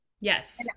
Yes